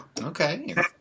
Okay